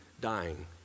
dying